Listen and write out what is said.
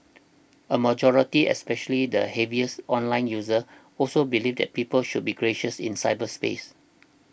a majority especially the heaviest online users also believed that people should be gracious in cyberspace